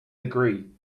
agree